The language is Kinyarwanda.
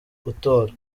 gutora